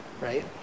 Right